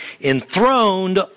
enthroned